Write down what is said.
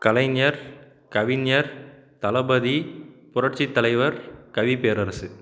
கலைஞர் கவிஞர் தளபதி புரட்சித்தலைவர் கவிப்பேரரசு